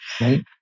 right